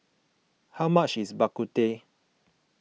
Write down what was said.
how much is Bak Kut Teh